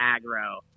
aggro